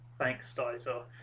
banks thought so